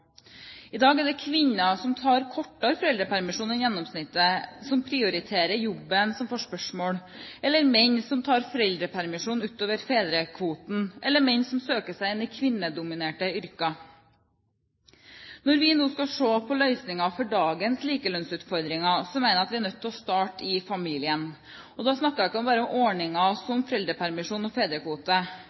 I dag er det kvinner som tar kortere foreldrepermisjon enn gjennomsnittet, som prioriterer jobben, som får spørsmål, eller menn som tar foreldrepermisjon utover fedrekvoten, eller menn som søker seg inn i kvinnedominerte yrker. Når vi nå skal se på løsninger for dagens likelønnsutfordringer, mener jeg at vi er nødt til å starte i familien. Da snakker jeg ikke bare om ordninger som foreldrepermisjon og fedrekvote,